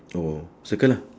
oh circle lah